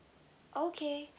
okay